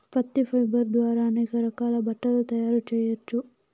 పత్తి ఫైబర్ ద్వారా అనేక రకాల బట్టలు తయారు చేయచ్చు